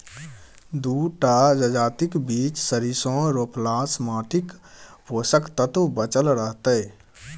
दू टा जजातिक बीच सरिसों रोपलासँ माटिक पोषक तत्व बचल रहतै